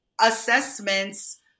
assessments